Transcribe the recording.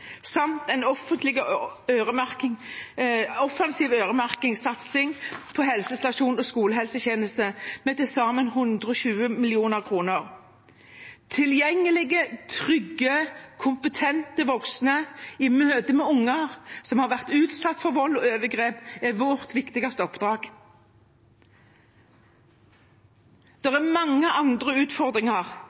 samt en offensiv øremerket satsing på helsestasjons- og skolehelsetjenesten med til sammen 120 mill. kr. Tilgjengelige, trygge og kompetente voksne i møte med unger som har vært utsatt for vold og overgrep, er vårt viktigste oppdrag. Det er mange andre utfordringer,